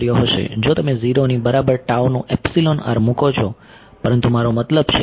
જો તમે 0 ની બરાબર tau નું એપ્સીલોન r મૂકો છો પરંતુ મારો મતલબ છે